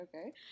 okay